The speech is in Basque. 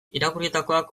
irakurritakoak